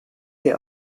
sie